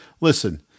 listen